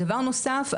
דבר נוסף,